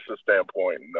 standpoint